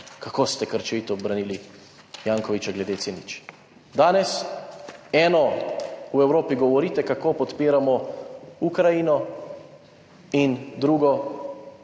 kako ste krčevito branili Jankovića glede C-0. Danes eno v Evropi govorite, kako podpiramo Ukrajino in drugo,